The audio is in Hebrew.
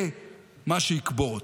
זה מה שיקבור אתכם.